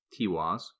Tiwaz